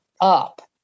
up